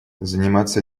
заниматься